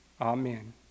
amen